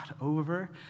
over